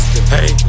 Hey